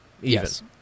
Yes